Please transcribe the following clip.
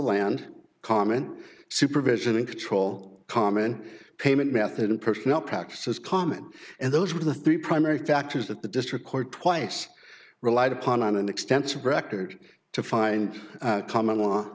land common supervision and control common payment method and personal practices common and those were the three primary factors that the district court twice relied upon on an extensive record to find a common law